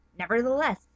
Nevertheless